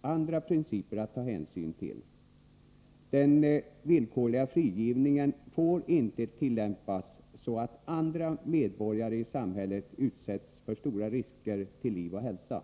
andra principer att ta hänsyn till. Den villkorliga frigivningen får inte tillämpas så att andra medborgare i samhället utsätts för stora risker till liv och hälsa.